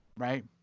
Right